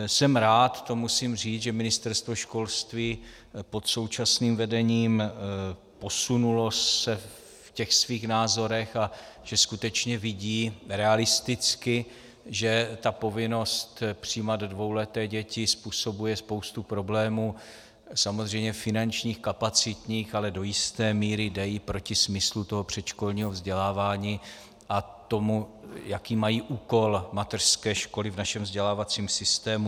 Jsem rád, to musím říct, že Ministerstvo školství se pod současným vedením posunulo ve svých názorech a že skutečně vidí realisticky, že povinnost přijímat dvouleté děti způsobuje spoustu problémů samozřejmě finančních, kapacitních, ale do jisté míry jde i proti smyslu toho předškolního vzdělávání a tomu, jaký mají úkol mateřské školy v našem vzdělávacím systému.